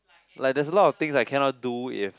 like there's a lot of things I cannot do if